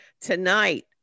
Tonight